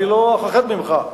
אני לא אכחד ממך,